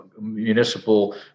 municipal